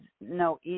no